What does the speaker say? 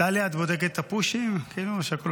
טלי גוטליב (הליכוד): קארין אלהרר.